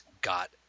got